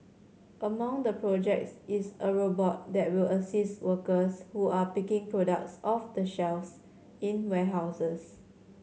among the projects is a robot that will assist workers who are picking products off the shelves in warehouses